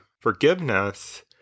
forgiveness